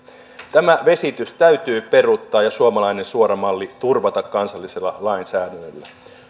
tämä vesitys täytyy peruuttaa ja suomalainen suora malli turvata kansallisella lainsäädännöllä